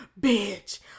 bitch